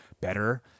better